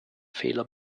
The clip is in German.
fehler